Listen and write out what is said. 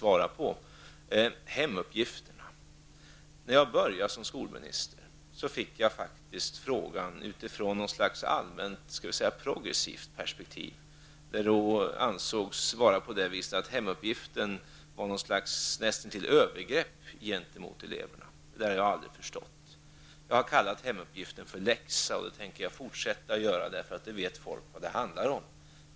Beträffande hemuppgifterna: När jag började som skolminister fick jag faktiskt en fråga utifrån något slags allmänprogressivt perspektiv, där det ansågs att hemuppgiften nästintill var ett övergrepp gentemot eleverna. Det har jag aldrig förstått. Jag har kallat hemuppgiften för läxa, och det tänker jag fortsätta att göra, för då vet folk vad det handlar om.